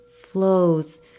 flows